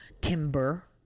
timber